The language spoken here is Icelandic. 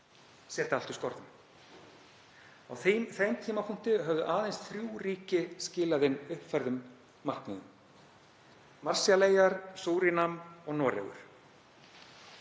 setja allt úr skorðum. Á þeim tímapunkti höfðu aðeins þrjú ríki skilað inn uppfærðum markmiðum: Marshalleyjar, Súrínam og Noregur.